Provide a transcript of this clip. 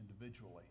individually